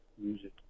music